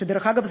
ודרך אגב,